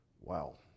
Wow